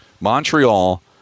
Montreal